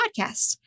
podcast